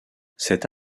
cette